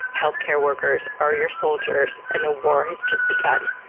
healthcare workers are your soldiers and the war has just begun.